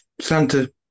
Santa